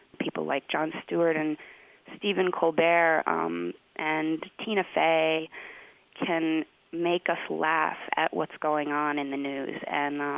people like jon stewart and stephen colbert um and tina fey can make us laugh at what's going on in the news. and